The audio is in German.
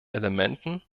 elementen